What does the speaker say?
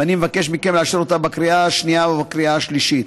ואני מבקש מכם לאשר אותה בקריאה השנייה ובקריאה השלישית.